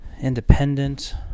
Independent